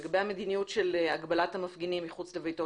לגבי המדיניות של הגבלת המפגינים מחוץ לביתו